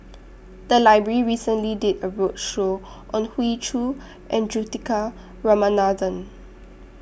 The Library recently did A roadshow on Hoey Choo and Juthika Ramanathan